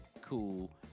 cool